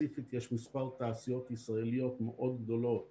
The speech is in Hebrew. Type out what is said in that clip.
ספציפית יש מספר תעשיות ישראליות מאוד גדולות